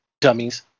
dummies